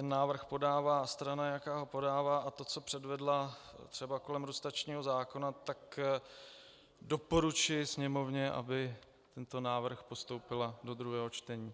návrh podává strana, jaká ho podává, a to, co předvedla třeba kolem lustračního zákona, doporučuji Sněmovně, aby tento návrh postoupila do druhého čtení.